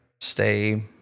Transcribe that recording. stay